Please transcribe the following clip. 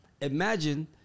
Imagine